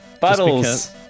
Bottles